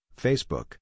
Facebook